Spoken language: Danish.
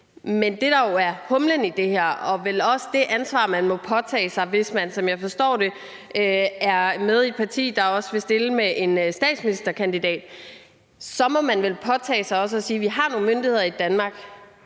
Men det, der jo er humlen i det her, er, at hvis man, som jeg forstår det, er med i et parti, der vil stille med en statsministerkandidat, må man vel også påtage sig det ansvar at sige, at vi har nogle myndigheder i Danmark,